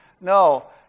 No